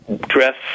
dress